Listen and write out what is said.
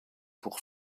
pour